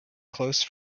close